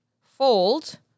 fold